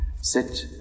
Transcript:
Sit